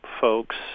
folks